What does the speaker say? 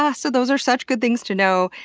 ah so those are such good things to know,